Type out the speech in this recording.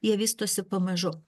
jie vystosi pamažui